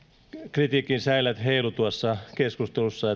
kritiikin säilät heiluivat tuossa keskustelussa